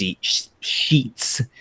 sheets